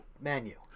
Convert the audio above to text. menu